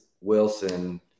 Wilson